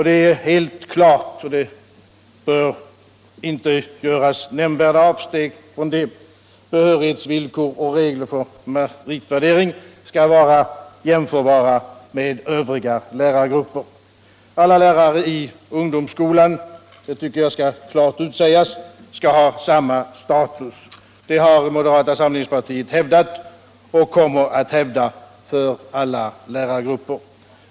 Det är helt klart — och det bör inte göras nämnvärda avsteg från detta —att behörighetsvillkor och regler för meritvärdering skall vara jämförbara med vad som gäller för övriga lärargrupper. Alla lärare i ungdomsskolan —- det tycker jag klart skall utsägas — skall ha samma status. Det har moderata samlingspartiet hävdat och kommer att hävda beträffande alla lärargrupper.